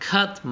Cut